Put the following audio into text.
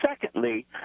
secondly